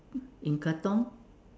in Katong